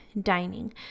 dining